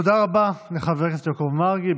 תודה רבה לחבר הכנסת יעקב מרגי.